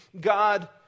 God